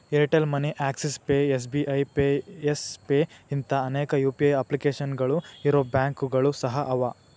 Airtel money Axis pay SBI pay yes pay ಇಂಥಾ ಅನೇಕ UPI ಅಪ್ಲಿಕೇಶನ್ಗಳು ಇರೊ ಬ್ಯಾಂಕುಗಳು ಸಹ ಅವ